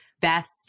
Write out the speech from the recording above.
best